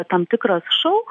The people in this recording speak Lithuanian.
tam tikras šou